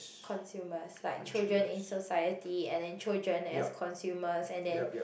consumers like children in society and then children as consumers and then